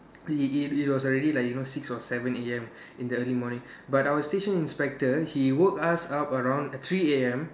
it it it was already like you know six or seven A_M in the early morning but our station inspector he woke us up around three A_M